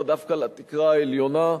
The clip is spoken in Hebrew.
כלומר דווקא לתקרה העליונה,